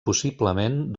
possiblement